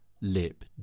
lip